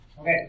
Okay